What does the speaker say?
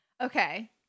Okay